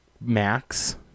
Max